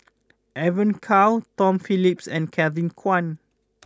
Evon Kow Tom Phillips and Kevin Kwan